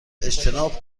اجتناب